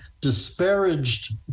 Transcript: disparaged